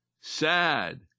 sad